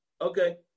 Okay